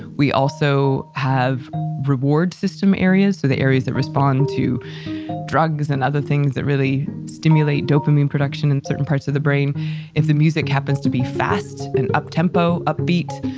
we also have reward system areas, so the areas that respond to drugs, and other things that really stimulate dopamine production in certain parts of the brain if the music happens to be fast and up tempo, up beat,